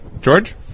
George